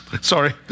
sorry